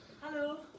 Hello